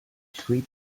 three